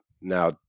Now